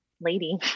lady